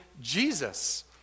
Jesus